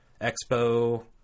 Expo